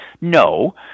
No